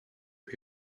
for